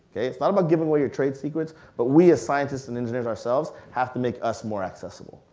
it's not about giving away your trade secrets, but we as scientist and engineers ourselves have to make us more accessible.